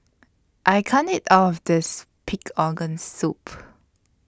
I can't eat All of This Pig Organ Soup